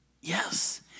Yes